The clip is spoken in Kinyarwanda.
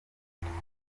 akunda